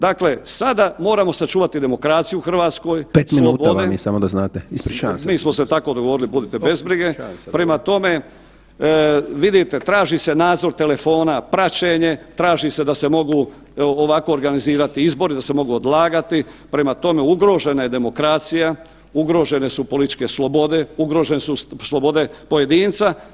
Dakle, sada moramo sačuvati demokraciju u Hrvatskoj [[Upadica: 5 minuta vam je, samo da znate, ispričavam se.]] Mi smo se tako dogovorili, budite bez brige, prema tome, vidite, traži se nadzor telefona, praćenje, traži se da se mogu ovako organizirati izbori, da se mogu odlagati, prema tome, ugrožena je demokracija, ugrožene su političke slobode, ugrožene su slobode pojedinca.